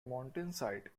mountainside